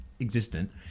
existent